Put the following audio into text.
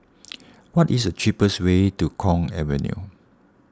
what is the cheapest way to Kwong Avenue